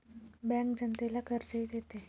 bank जनतेला कर्जही देते